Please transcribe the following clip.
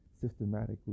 systematically